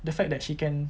the fact that she can